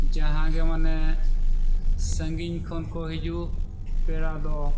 ᱡᱟᱦᱟᱸᱜᱮ ᱢᱟᱱᱮ ᱥᱟᱺᱜᱤᱧ ᱠᱷᱚᱱ ᱠᱚ ᱦᱤᱡᱩᱜ ᱯᱮᱲᱟ ᱫᱚ